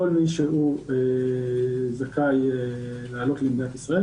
כל מי שזכאי לעלות למדינת ישראל